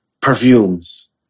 perfumes